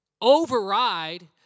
override